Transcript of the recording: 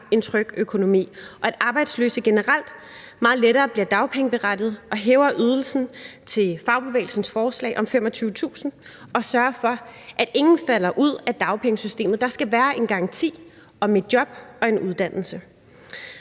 en tryg økonomi, og arbejdsløse generelt meget lettere bliver dagpengeberettigede, og vi hæver ydelsen til fagbevægelsens forslag om 25.000 kr., og vi skal sørge for, at ingen falder ud af dagpengesystemet. Der skal være en garanti om et job og en uddannelse.